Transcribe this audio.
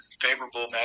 favorable